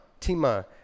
Tima